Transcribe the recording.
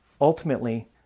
ultimately